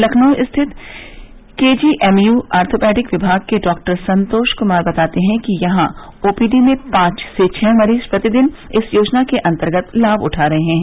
लखनऊ स्थित KGMU orthopaedic विभाग के डॉक्टर संतोष कुमार बताते हैं कि यहां ओ पी डी में पांच से छः मरीज प्रतिदिन इस योजना के अंतर्गत लाभ उठा रहे हैं